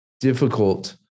difficult